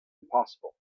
impossible